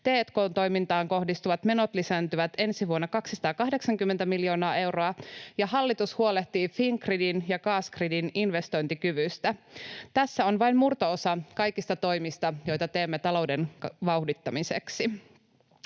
t&k-toimintaan kohdistuvat menot lisääntyvät ensi vuonna 280 miljoonaa euroa, ja hallitus huolehtii Fingridin ja Gasgridin investointikyvystä. Tässä on vain murto-osa kaikista toimista, joita teemme talouden vauhdittamiseksi.